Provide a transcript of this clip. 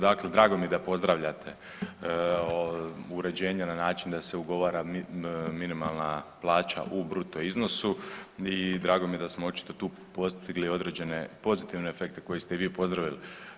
Dakle drago mi je da pozdravljate uređenje na način da se ugovara minimalna plaća u bruto iznosu i drago mi je da smo očito tu postigli određene pozitivne efekte koji ste i vi pozdravili.